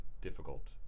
difficult